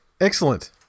Excellent